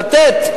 לתת,